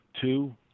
two